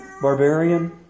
barbarian